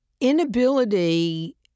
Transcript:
inability